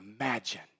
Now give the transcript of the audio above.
imagine